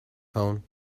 phone